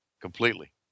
Completely